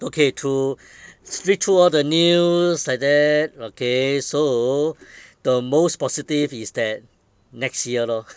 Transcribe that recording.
okay to flip through all the news like that okay so the most positive is that next year lor